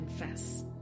confess